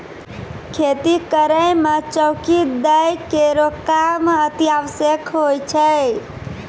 खेती करै म चौकी दै केरो काम अतिआवश्यक होय छै